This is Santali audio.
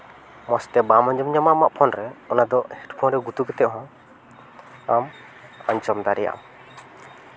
ᱢᱚᱡᱽ ᱛᱮ ᱵᱟᱢ ᱟᱸᱡᱚᱢ ᱧᱟᱢᱟ ᱟᱢᱟᱜ ᱯᱷᱳᱱ ᱨᱮ ᱚᱱᱟ ᱫᱚ ᱦᱮᱹᱰᱯᱷᱳᱱ ᱨᱮ ᱜᱩᱛᱩ ᱠᱟᱛᱮᱫ ᱦᱚᱸ ᱟᱢ ᱟᱸᱡᱚᱢ ᱫᱟᱲᱮᱭᱟᱜᱼᱟ